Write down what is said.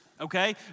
okay